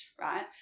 right